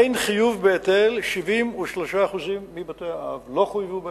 אין חיוב בהיטל, 73% מבתי-האב לא חויבו בהיטל,